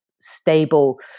stable